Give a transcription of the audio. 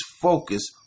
focus